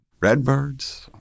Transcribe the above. Redbirds